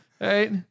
Right